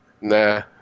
Nah